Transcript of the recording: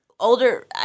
Older